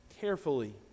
carefully